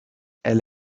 elle